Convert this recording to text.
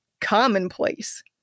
commonplace